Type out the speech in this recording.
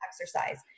exercise